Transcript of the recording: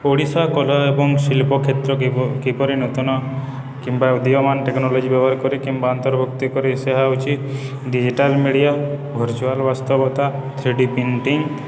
ଓଡ଼ିଶା କଳା ଏବଂ ଶିଳ୍ପ କ୍ଷେତ୍ର କିପରି ନୂତନ କିମ୍ବା ଉଦୀୟମାନ ଟେକ୍ନୋଲୋଜି ବ୍ୟବହାର କରି କିମ୍ବା ଅନ୍ତର୍ଭୁକ୍ତି କରି ସେହା ହେଉଛି ଡିଜିଟାଲ ମିଡ଼ିଆ ଭର୍ଚୁଆଲ ବାସ୍ତବତା ଥ୍ରୀଡି ପ୍ରିଣ୍ଟିଙ୍ଗ